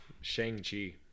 Shang-Chi